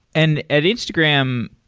and at instagram,